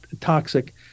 toxic